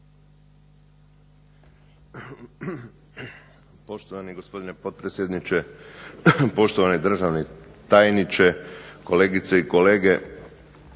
Poštovani gospodine potpredsjedniče, poštovani državni tajniče, kolegice i kolege.